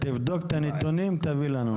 תבדוק את הנתונים, תביא לנו.